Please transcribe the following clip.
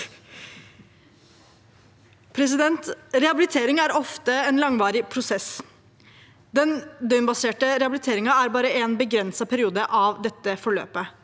Rehabilitering er ofte en langvarig prosess. Den døgnbaserte rehabiliteringen er bare en begrenset periode av dette forløpet.